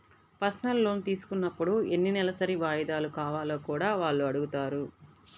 personal loan తీసుకున్నప్పుడు ఎన్ని నెలసరి వాయిదాలు కావాలో కూడా వాళ్ళు అడుగుతారు